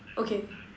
okay